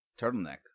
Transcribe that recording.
turtleneck